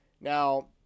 Now